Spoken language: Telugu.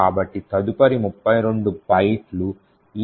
కాబట్టి తదుపరి 32 బైట్లు ఈ షెల్ కోడ్ను కలిగి ఉంటుంది